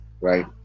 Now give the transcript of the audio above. right